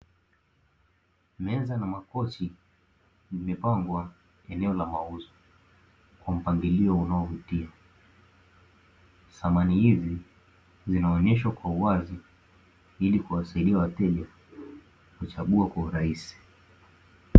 Meza na makochi yamepangwa eneo la mauzo kwa mpangilio unaovutia, samani hizi zinaoneshwa kwa uwazi, ili kuwasaidia wateja kuchagua kwa urahisi.